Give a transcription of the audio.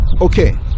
Okay